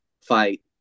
fight